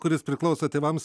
kuris priklauso tėvams